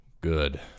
Good